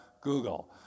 Google